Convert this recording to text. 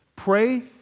Pray